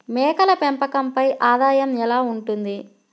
మేకల పెంపకంపై ఆదాయం ఎలా ఉంటుంది?